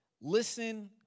Listen